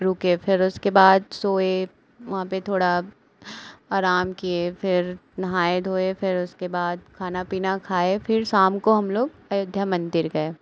रुके फिर उसके बाद सोए वहाँ पर थोड़ा अराम किए फिर नहाए धोए फिर उसके बाद खाना पीना खाए फिर शााम को हम लोग अयोध्या मंदिर गए